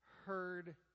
heard